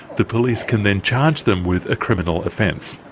the police can then charge them with a criminal offence.